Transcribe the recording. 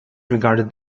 regarded